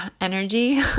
energy